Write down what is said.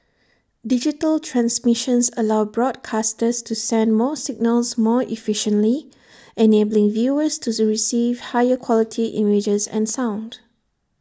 digital transmissions allow broadcasters to send more signals more efficiently enabling viewers to receive higher quality images and sound